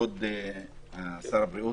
כבוד שר הבריאות,